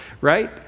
right